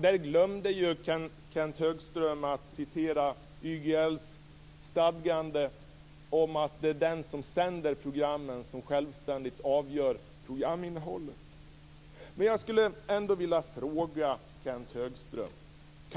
Där glömde Kenth Högström att citera YGL:s stadgande om att det är den som sänder programmen som självständigt avgör programinnehållet. Men jag vill ändå fråga Kenth Högström